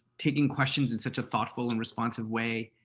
taking questions in such a thoughtful and responsive way.